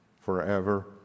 forever